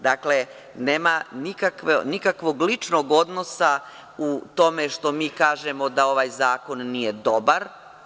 Dakle, nema nikakvog ličnog odnosa u tome što mi kažemo da ovaj zakon nije dobar.